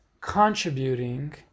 contributing